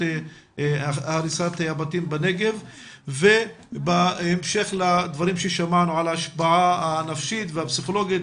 הריסת הבתים בנגב ובהמשך לדברים ששמענו על ההשפעה הנפשית הפסיכולוגית